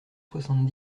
soixante